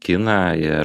kiną ir